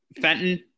Fenton